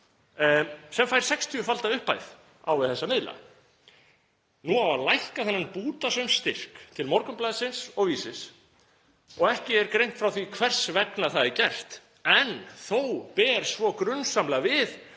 sem fær sextíufalda upphæð á við þessa miðla. Nú á að lækka þennan bútasaumsstyrk til Morgunblaðsins og Vísis en ekki er greint frá því hvers vegna það er gert. En þó ber svo grunsamlega við